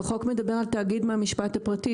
החוק מדבר על משפט פרטי,